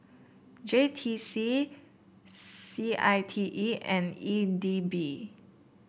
J T C C I T E and E D B